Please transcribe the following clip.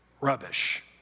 Rubbish